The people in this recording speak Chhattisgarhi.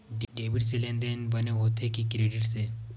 डेबिट से लेनदेन बने होथे कि क्रेडिट से?